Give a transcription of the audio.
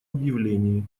объявлении